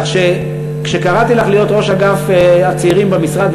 כך שכשקראתי לך להיות ראש אגף הצעירים במשרד,